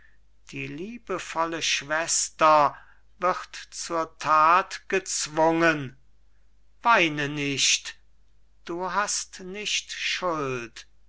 die liebevolle schwester wird zur that gezwungen weine nicht du hast nicht schuld